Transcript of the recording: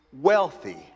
wealthy